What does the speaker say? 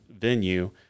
venue